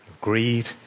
greed